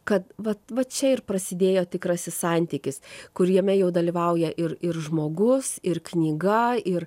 kad vat vat čia ir prasidėjo tikrasis santykis kur jame jau dalyvauja ir ir žmogus ir knyga ir